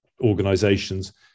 organizations